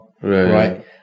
Right